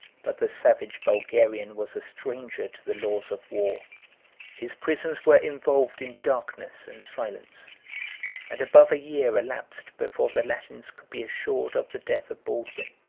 but the savage bulgarian was a stranger to the laws of war his prisons were involved in darkness and silence and above a year elapsed before the latins could be assured of the death of baldwin,